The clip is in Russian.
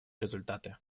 результаты